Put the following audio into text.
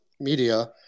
media